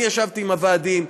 ישבתי עם הוועדים,